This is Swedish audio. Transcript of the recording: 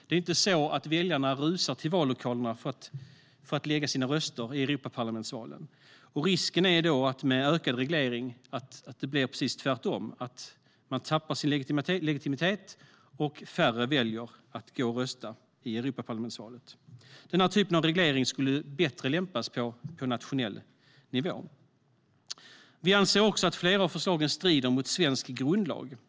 Det är inte så att väljarna rusar till vallokalerna för att lägga sina röster i Europaparlamentsvalen. Risken är att det med ökad reglering blir precis tvärtom, det vill säga att man tappar sin legitimitet och att färre väljer att gå och rösta i Europaparlamentsvalet. Denna typ av reglering skulle lämpa sig bättre på nationell nivå. Vi anser att flera av förslagen strider mot svensk grundlag.